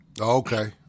Okay